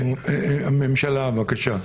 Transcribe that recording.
הממשלה, בבקשה.